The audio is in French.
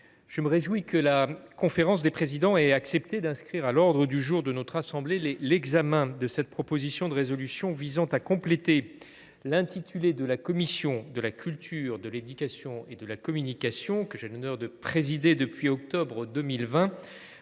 je me réjouis que la conférence des présidents ait accepté d’inscrire à l’ordre du jour de notre assemblée l’examen de cette proposition de résolution visant à compléter l’intitulé de la commission de la culture, de l’éducation et de la communication, que j’ai l’honneur de présider depuis le mois